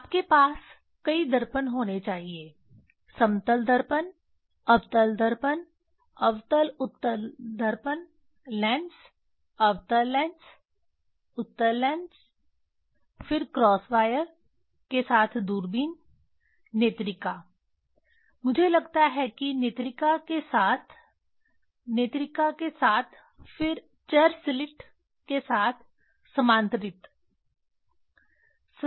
आपके पास कई दर्पण होने चाहिए समतल दर्पण अवतल दर्पण अवतल उत्तल दर्पण लेंस अवतल लेंस उत्तल लेंस फिर क्रॉस वायर के साथ दूरबीन नेत्रिका मुझे लगता है कि नेत्रिका के साथ नेत्रिका के साथ फिर चर स्लिट के साथ समांतरित्र